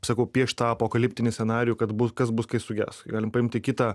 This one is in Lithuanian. sakau piešt tą apokaliptinį scenarijų kad bus kas bus kai suges galim paimti kitą